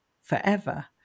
forever